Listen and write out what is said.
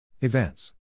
Events